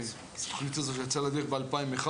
שהתוכנית הזאת יצאה לדרך ב-2011,